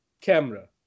camera